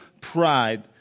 pride